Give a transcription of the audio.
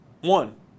One